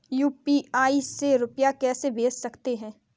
UPI से रुपया कैसे भेज सकते हैं?